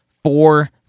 Four